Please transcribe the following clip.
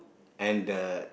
and the